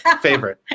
favorite